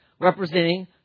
representing